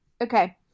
Okay